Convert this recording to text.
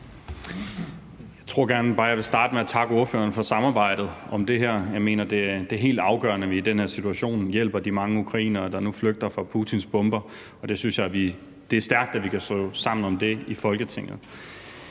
jeg vil starte med at takke ordføreren for samarbejdet om det her. Jeg mener, det er helt afgørende, at vi i den her situation hjælper de mange ukrainere, der nu flygter fra Putins bomber, og jeg synes, det er stærkt, at vi kan stå sammen om det i Folketinget.